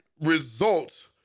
results